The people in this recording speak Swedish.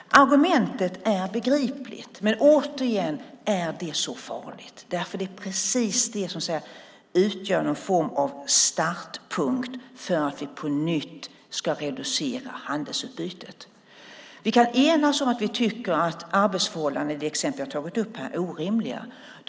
Argumentet är begripligt, men återigen: Detta är mycket farligt därför att det är precis det som utgör en form av startpunkt för att på nytt reducera handelsutbytet. Vi kan enas om att vi tycker att arbetsförhållandena i de exempel jag här nämnt är orimliga.